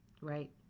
Right